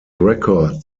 record